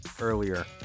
earlier